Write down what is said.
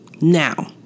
Now